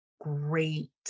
great